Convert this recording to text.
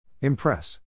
Impress